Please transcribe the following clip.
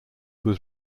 was